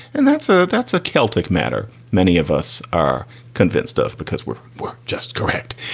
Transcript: and that's a that's a celtic matter. many of us are convinced of because we're we're just correct.